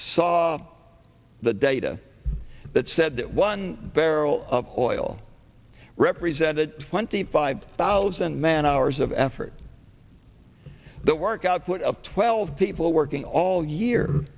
saw the data that said that one barrel of oil represented twenty five thousand man hours of effort the work output of twelve people working all year